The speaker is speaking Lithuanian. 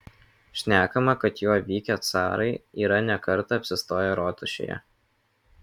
šnekama kad juo vykę carai yra ne kartą apsistoję rotušėje